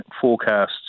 forecasts